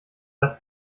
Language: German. das